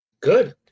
Good